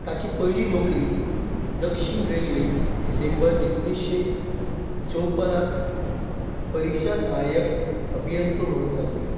ताची पयली नोकरी दक्षीण रेल्वेंत डिसेंबर एकोणिश्शे चोवप्पनात परिक्षा सहाय्यक अभियंतो म्हणून जाल्ली